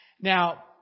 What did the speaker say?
Now